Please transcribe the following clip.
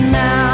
now